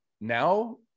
now